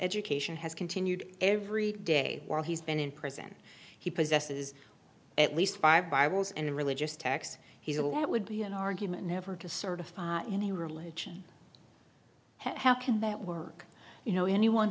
education has continued every day while he's been in prison he possesses at least five bibles and religious texts he's a what would be an argument never to certify any religion how can that work you know anyone